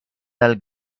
dal